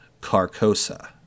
Carcosa